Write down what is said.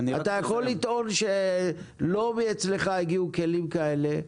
אתה יכול לטעון שלא ממך הגיעו כלים כאלה.